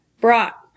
brought